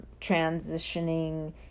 transitioning